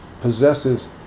possesses